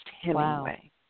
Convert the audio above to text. Hemingway